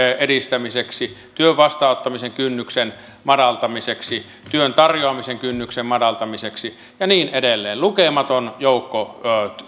edistämiseksi työn vastaanottamisen kynnyksen madaltamiseksi työn tarjoamisen kynnyksen madaltamiseksi ja niin edelleen lukematon joukko